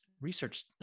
research